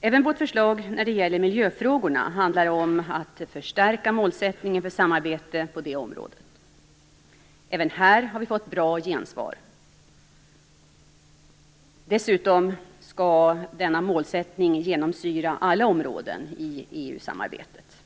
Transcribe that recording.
Även vårt förslag när det gäller miljöfrågorna handlar om att förstärka målsättningen för samarbetet på detta område. Även här har vi fått bra gensvar. Dessutom skall denna målsättning genomsyra alla områden i EU-samarbetet.